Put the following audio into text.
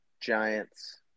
Giants